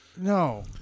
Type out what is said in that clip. No